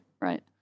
right